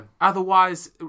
otherwise